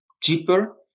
cheaper